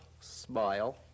smile